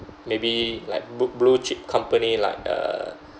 maybe like book blue-chip company like uh